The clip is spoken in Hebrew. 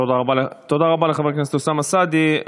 תודה רבה לחבר הכנסת אוסאמה סעדי.